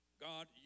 God